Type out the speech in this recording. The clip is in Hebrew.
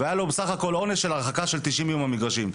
והיה לו בסך הכול עונש של הרחקה ל-90 יום מהמגרשים.